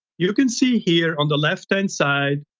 you can see here on the left-hand side,